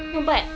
no but